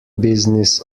business